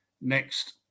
next